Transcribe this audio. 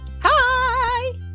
hi